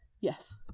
Yes